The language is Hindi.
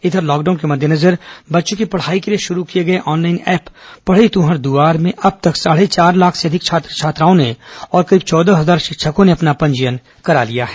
इधर लॉकडाउन के मद्देनजर बच्चों की पढ़ाई के लिए शुरू किए गए ऑनलाइन ऐप पढ़ई तुंहर दुआर में अब तक साढ़े चार लाख से अधिक छात्र छात्राओं ने और करीब चौदह हजार शिक्षकों ने अपना पंजीयन कराया है